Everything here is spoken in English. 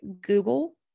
Google